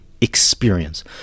experience